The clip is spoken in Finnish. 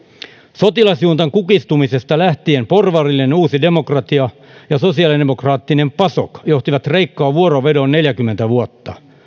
sotilasjuntan kukistumisesta lähtien porvarillinen uusi demokratia ja sosiaalidemokraattinen pasok johtivat kreikkaa vuorovedoin neljäkymmentä vuotta